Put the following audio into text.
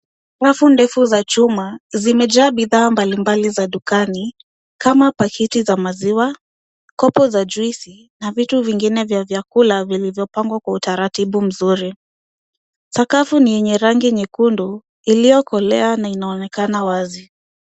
Rafu ndefu za chuma zimejaa bidhaa mbalimbali za duka ni kama pakiti za maziwa, kopo za juisi na vitu vingine vya vyakula vilivyopangwa kwa utaratibu mzuri. Sakafu ni yenye rangi nyekundu iliyokolea na inaonekana wazi.